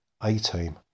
A-team